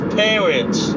parents